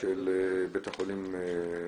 של בית החולים